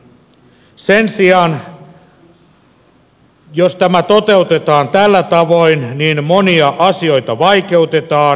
sen sijaan jos tämä toteutetaan tällä tavoin monia asioita vaikeutetaan